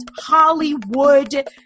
Hollywood